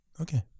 okay